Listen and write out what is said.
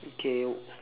okay